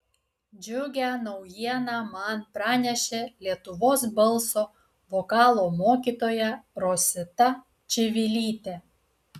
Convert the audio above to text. džiugią naujieną man pranešė lietuvos balso vokalo mokytoja rosita čivilytė